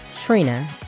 Trina